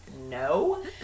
no